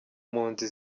mpunzi